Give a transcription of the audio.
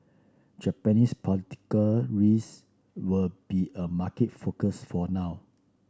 Japanese political risk will be a market focus for now